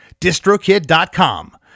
distrokid.com